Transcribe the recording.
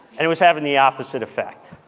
and it was having the opposite effect.